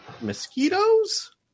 mosquitoes